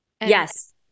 yes